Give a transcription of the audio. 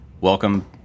Welcome